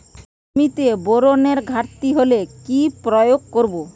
জমিতে বোরনের ঘাটতি হলে কি প্রয়োগ করব?